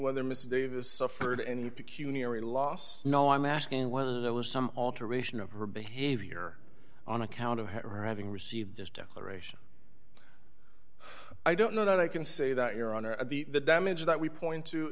whether mr davis suffered any peculiar a loss no i'm asking whether there was some alteration of her behavior on account of her having received just declaration i don't know that i can say that your honor the damage that we point to